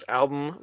album